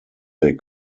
they